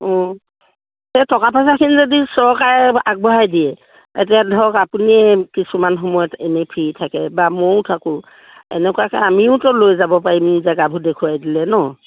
অঁ এই টকা পইচাখিনি যদি চৰকাৰে আগবঢ়াই দিয়ে এতিয়া ধৰক আপুনি কিছুমান সময়ত এনেই ফ্ৰী থাকে বা ময়ো থাকোঁ এনেকুৱাকে আমিওতো লৈ যাব পাৰিম জেগাবোৰ দেখুৱাই দিলে ন